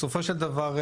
בסופו של דבר,